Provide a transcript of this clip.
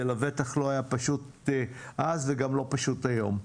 זה לבטח לא היה פשוט אז וגם לא פשוט היום.